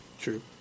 True